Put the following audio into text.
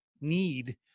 need